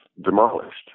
demolished